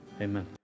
Amen